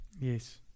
yes